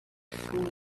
fool